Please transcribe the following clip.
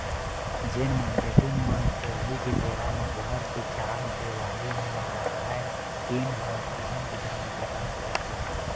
जेन मारकेटिंग मन पहिली के बेरा म घर के चार देवाली म राहय तेन ह किसम किसम के बूता करत हे